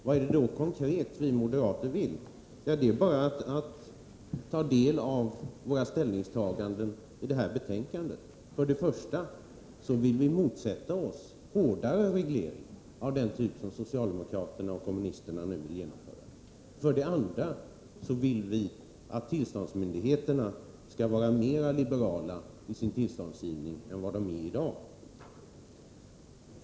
Vad är det då vi moderater konkret vill? Ja, det framgår av våra ställningstaganden i utskottet. För det första vill vi motsätta oss hårdare reglering av den typ socialdemokraterna och kommunisterna nu genomför. För det andra vill vi att tillståndsmyndigheterna skall vara mera liberala i sin tillståndsgivning än vad de är i dag.